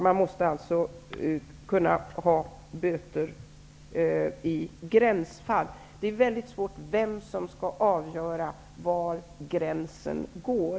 Det måste alltså kunna finnas böter i gränsfall. Det är mycket svårt att säga vem som skall avgöra var gränsen går.